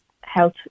health